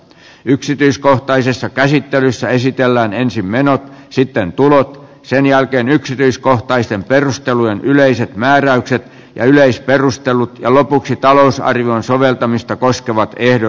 yksityiskohtaisessa käsittelyssä esitellään ensin menot sitten tulot sen jälkeen yksityiskohtaisten perustelujen yleiset määräykset ja yleisperustelut ja lopuksi talousarvion soveltamista koskeva ehdotus